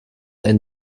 ein